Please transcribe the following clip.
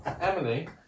Emily